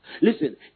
Listen